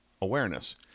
awareness –